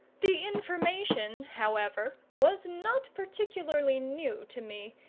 the information, however, was not particularly new to me,